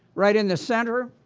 right in the center,